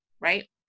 right